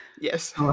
Yes